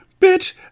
bitch